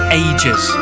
ages